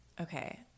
okay